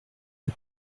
aux